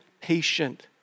patient